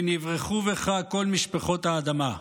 ונברכו בך כל משפחֹת האדמה",